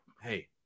hey